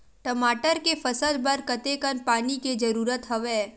टमाटर के फसल बर कतेकन पानी के जरूरत हवय?